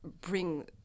Bring